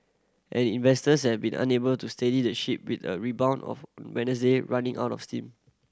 and investors have been unable to steady the ship with a rebound of Wednesday running out of steam